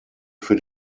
für